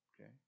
Okay